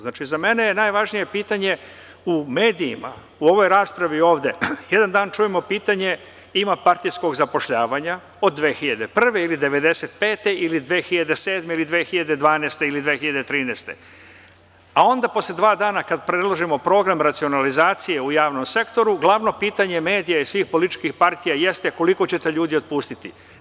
Znači, za mene je najvažnije pitanje u medijima o ovoj raspravi ovde, jedan dan čujemo pitanje – ima partijskog zapošljavanja od 2001. ili 1995. ili 2007. ili 2012. ili 2013. godine, a onda, posle dva dana, kada predložimo program racionalizacije u javnom sektoru, glavno pitanje medija i svih političkih partija jeste – koliko ćete ljudi otpustiti?